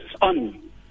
on